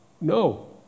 No